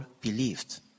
believed